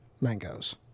mangoes